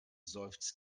seufzt